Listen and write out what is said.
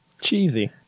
Cheesy